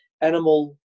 animal